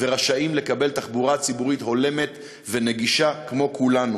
ורשאים לקבל תחבורה ציבורית הולמת ונגישה כמו כולנו,